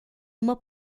uma